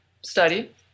study